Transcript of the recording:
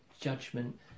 judgment